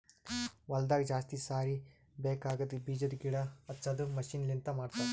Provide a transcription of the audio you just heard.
ಹೊಲದಾಗ ಜಾಸ್ತಿ ಸಾರಿ ಬೇಕಾಗದ್ ಬೀಜದ್ ಗಿಡ ಹಚ್ಚದು ಮಷೀನ್ ಲಿಂತ ಮಾಡತರ್